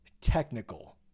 technical